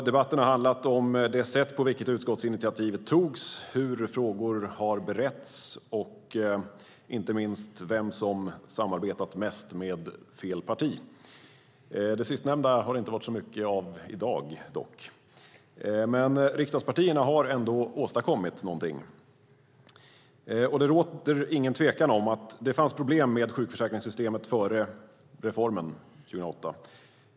Debatten har handlat om det sätt på vilket utskottsinitiativet togs, hur frågor har beretts och inte minst vem som samarbetat mest med fel parti. Det sistnämnda har det dock inte talats så mycket om i dag. Men riksdagspartierna har ändå åstadkommit någonting. Det råder ingen tvekan om att det fanns problem med sjukförsäkringssystemet före reformen 2008.